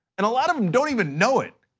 and a lot of them don't even know it.